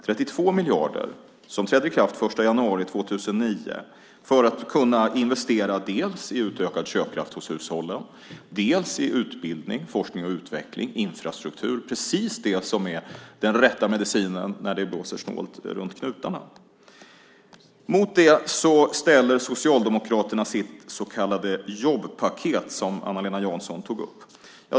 32 miljarder kommer att finnas den 1 januari 2009 för att investera dels i utökad köpkraft hos hushållen, dels i utbildning, forskning och utveckling samt infrastruktur. Det är precis det som är den rätta medicinen när det blåser snålt runt knutarna. Mot detta ställer Socialdemokraterna sitt så kallade jobbpaket, som Eva-Lena Jansson tog upp.